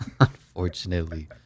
Unfortunately